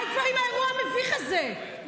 בסדר.